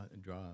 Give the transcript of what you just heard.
draw